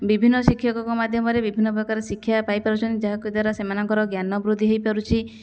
ବିଭିନ୍ନ ଶିକ୍ଷକଙ୍କ ମାଧ୍ୟମରେ ବିଭିନ୍ନପ୍ରକାର ଶିକ୍ଷା ପାଇପାରୁଛନ୍ତି ଯାହାଦ୍ୱାରା ସେମାନଙ୍କର ଜ୍ଞାନ ବୃଦ୍ଧି ହେଇପାରୁଛି